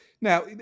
Now